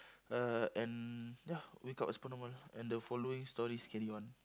uh and ya wake up as per normal and the following stories carry on